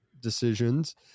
decisions